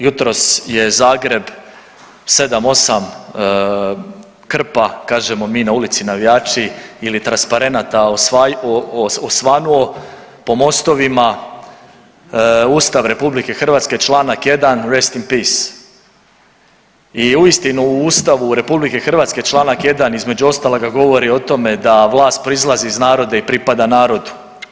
Jutros je Zagreb 7-8 krpa, kažemo mi na ulici navijači ili transparenata osvanuo po mostovima, Ustav RH Članak 1. rest in peace i uistinu u Ustavu RH Članak 1. između ostaloga govori o tome da vlast proizlazi iz naroda i pripada narodu.